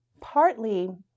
Partly